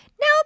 Now